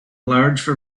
large